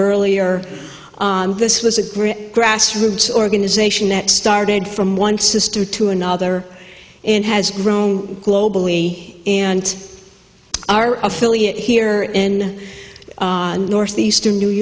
earlier this was a great grassroots organization that started from one sister to another and has grown globally and our affiliate here in northeastern new